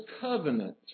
covenant